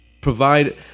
provide